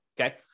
Okay